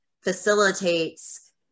facilitates